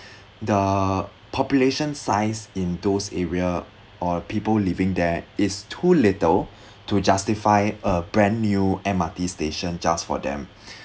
the population size in those area or people living there is too little to justify a brand new M_R_T station just for them